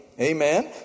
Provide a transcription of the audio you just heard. Amen